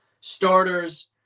starters